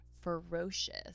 ferocious